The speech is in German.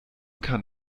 kann